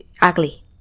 ugly